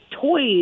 toys